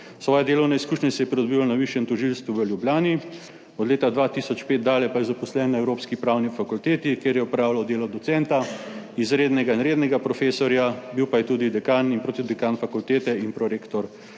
Svoje delovne izkušnje je pridobil na Višjem tožilstvu v Ljubljani, od leta 2005 dalje pa je zaposlen na Evropski pravni fakulteti, kjer je opravljal delo docenta, izrednega in rednega profesorja, bil pa je tudi dekan in prodekan fakultete in prorektor